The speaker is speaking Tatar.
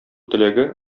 теләге